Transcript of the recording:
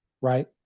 Right